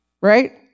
Right